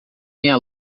minha